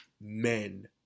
men